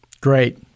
Great